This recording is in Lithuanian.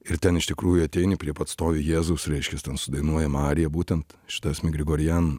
ir ten iš tikrųjų ateini prie pat stovi jėzaus reiškias ten sudainuojam ariją būtent šita asmik grigorian